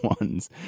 ones